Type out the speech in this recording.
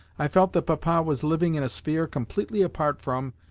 i felt that papa was living in a sphere completely apart from,